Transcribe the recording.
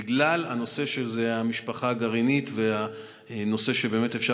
בגלל שזו המשפחה הגרעינית ושבאמת אפשר